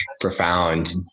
profound